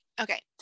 Okay